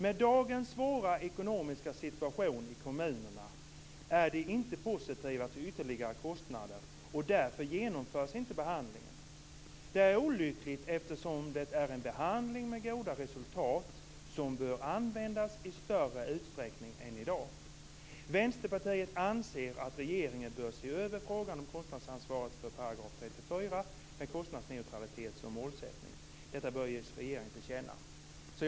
Med dagens svåra ekonomiska situation i kommunerna är de inte positiva till ytterligare kostnader och därför genomförs inte behandlingen. Det är olyckligt eftersom det är en behandling med goda resultat som bör användas i större utsträckning än i dag. Vänsterpartiet anser att regeringen bör se över frågan om kostnadsansvaret för § 34 med kostnadsneutralitet som målsättning. Detta bör ges regeringen till känna."